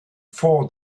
four